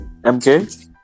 MK